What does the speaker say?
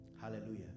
Hallelujah